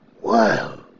wow